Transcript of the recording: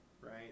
Right